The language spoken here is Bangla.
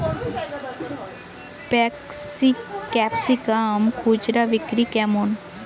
ক্যাপসিকাম খুচরা বিক্রি কেমন?